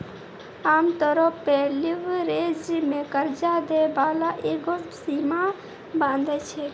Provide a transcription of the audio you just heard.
आमतौरो पे लीवरेज मे कर्जा दै बाला एगो सीमा बाँधै छै